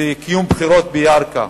וקיום בחירות בירכא.